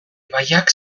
ibaiak